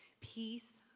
Peace